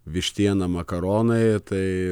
vištiena makaronai tai